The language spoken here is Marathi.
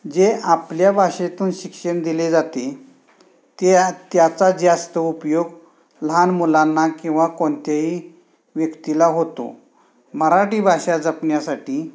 जे आपल्या भाषेतून शिक्षण दिले जाते त्या त्याचा जास्त उपयोग लहान मुलांना किंवा कोणत्याही व्यक्तीला होतो मराठी भाषा जपण्यासाठी